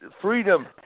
freedom